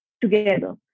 together